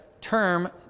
term